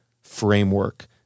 framework